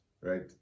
right